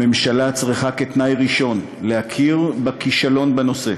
הממשלה צריכה כתנאי ראשון להכיר בכישלון בנושא.